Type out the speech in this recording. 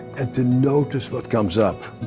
and then notice what comes up.